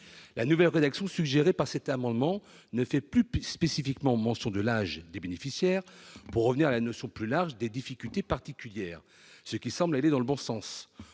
La nouvelle rédaction suggérée par les auteurs de cet amendement ne fait plus spécifiquement mention de l'âge des bénéficiaires, pour revenir à la notion plus large de « difficultés particulières », ce qui semble aller dans le bon sens.